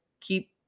keep